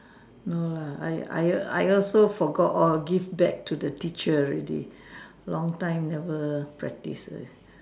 no lah I I I also forget all give back to the teacher already long time never practice